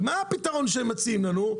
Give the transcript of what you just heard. ומה הפתרון שהם מציעים לנו?